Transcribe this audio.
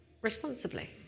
responsibly